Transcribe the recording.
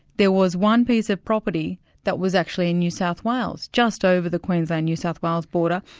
there was one piece of property that was actually in new south wales, just over the queensland-new south wales border,